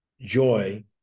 joy